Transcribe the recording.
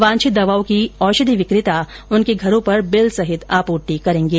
वांछित दवाओं की औषधि विकेता उनके घरों पर बिल सहित आपूर्ति करेंगे